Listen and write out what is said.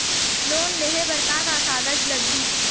Loan लेहे बर का का कागज लगही?